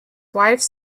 wife